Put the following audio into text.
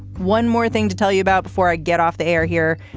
one more thing to tell you about before i get off the air here.